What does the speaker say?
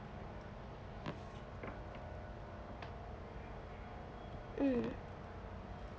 mm